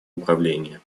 управления